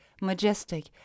majestic